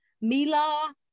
Mila